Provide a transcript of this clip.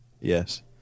Yes